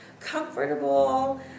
comfortable